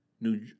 New